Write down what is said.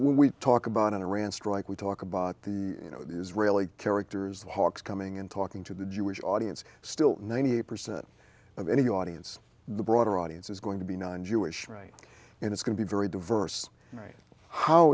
when we talk about iran strike we talk about the you know the israeli characters the hawks coming in talking to the jewish audience still ninety eight percent of any audience the broader audience is going to be non jewish right and it's going to be very diverse right how